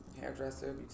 Hairdresser